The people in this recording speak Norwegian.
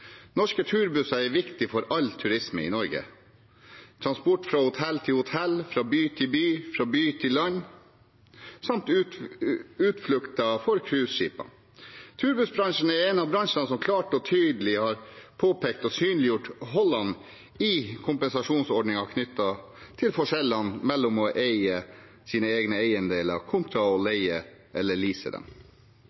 Norske turbusser er viktig for all turisme i Norge – transport fra hotell til hotell, fra by til by, fra by til land samt utflukter for cruiseskipene. Turbussbransjen er en av bransjene som klart og tydelig har påpekt og synliggjort hullene i kompensasjonsordningen knyttet til forskjellene mellom å eie sine egne eiendeler og å